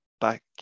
back